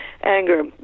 Anger